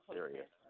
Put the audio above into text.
serious